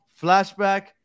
flashback